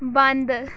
ਬੰਦ